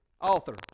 Author